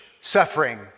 suffering